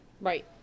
Right